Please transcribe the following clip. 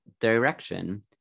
direction